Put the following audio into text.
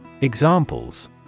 Examples